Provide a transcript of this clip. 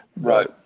right